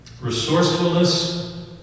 Resourcefulness